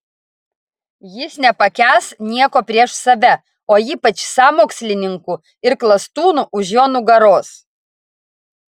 jis nepakęs nieko prieš save o ypač sąmokslininkų ir klastūnų už jo nugaros